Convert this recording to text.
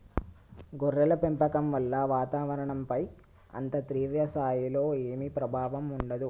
గొర్రెల పెంపకం వల్ల వాతావరణంపైన అంత తీవ్ర స్థాయిలో ఏమీ ప్రభావం ఉండదు